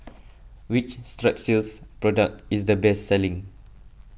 which Strepsils product is the best selling